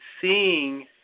seeing –